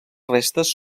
restes